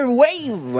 wave